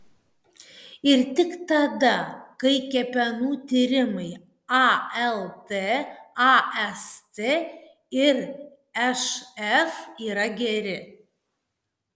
ir tik tada kai kepenų tyrimai alt ast ir šf yra geri